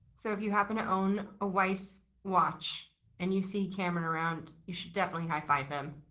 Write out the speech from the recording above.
so if you happen to own a weiss watch and you see cameron around, you should definitely high five him.